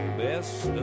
best